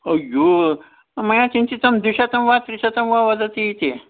अय्यो मया चिन्तितं द्विशतं वा त्रिशतं वा वदति इति